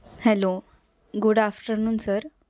hello good afternoon sir